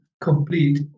complete